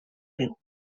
riu